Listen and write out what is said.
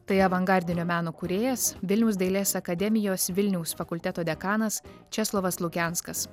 tai avangardinio meno kūrėjas vilniaus dailės akademijos vilniaus fakulteto dekanas česlovas lukenskas